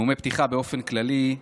באופן כללי,